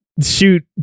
shoot